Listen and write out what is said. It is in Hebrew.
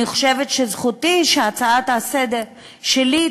אני חושבת שזכותי שההצעה שלי לסדר-היום